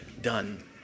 done